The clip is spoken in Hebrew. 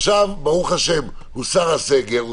עכשיו ברוך השם הוסר הסגר,